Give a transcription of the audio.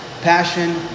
passion